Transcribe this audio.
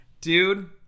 Dude